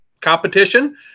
competition